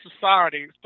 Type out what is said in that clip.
society